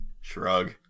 Shrug